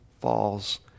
falls